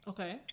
Okay